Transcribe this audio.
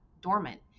dormant